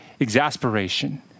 exasperation